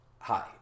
hi